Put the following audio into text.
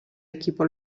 equipo